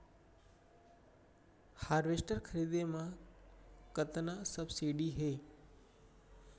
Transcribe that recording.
Harvester खरीदे म कतना सब्सिडी हे?